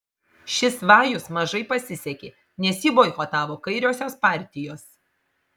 šis vajus mažai pasisekė nes jį boikotavo kairiosios partijos